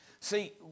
See